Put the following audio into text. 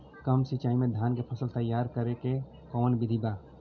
कम सिचाई में धान के फसल तैयार करे क कवन बिधि बा?